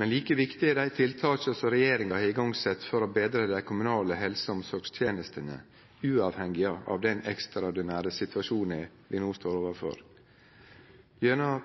men like viktig er dei tiltaka som regjeringa har sett i gang for å betre dei kommunale helse- og omsorgstenestene, uavhengig av den ekstraordinære situasjonen vi no står overfor. Gjennom